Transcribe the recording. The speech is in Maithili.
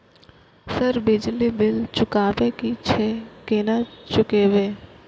सर बिजली बील चुकाबे की छे केना चुकेबे?